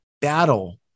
battle